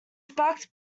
sparked